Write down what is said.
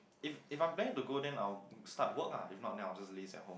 if if I planning to go then I will start work ah if not I will just laze at home